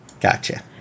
Gotcha